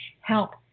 help